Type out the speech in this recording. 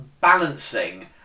balancing